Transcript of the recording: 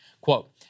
Quote